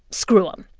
screw them.